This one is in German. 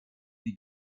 die